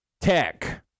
Tech